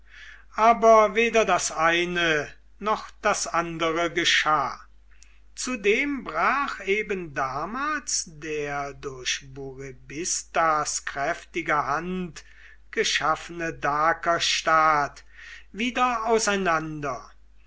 aber weder das eine noch das andere geschah zudem brach eben damals der durch burebistas kräftige hand geschaffene dakerstaat wieder auseinander